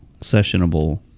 sessionable